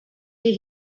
die